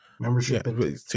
membership